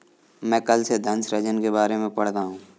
मैं कल से धन सृजन के बारे में पढ़ रहा हूँ